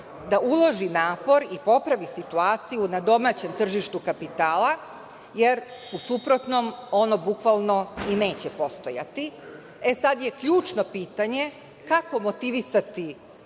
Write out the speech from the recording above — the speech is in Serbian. da uloži napor i popravi situaciju na domaćem tržištu kapitala, jer u suprotnom ono bukvalno i neće postojati. Sad je ključno pitanje – kako motivisati